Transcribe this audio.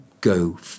go